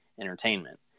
entertainment